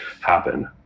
happen